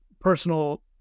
personal